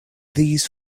these